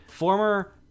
former